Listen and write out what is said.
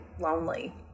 lonely